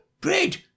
bread